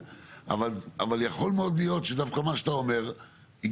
אבל יכול מאוד להיות שדווקא מה שאתה אומר יגרום